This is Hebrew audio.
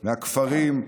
מהכפרים,